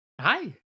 Hi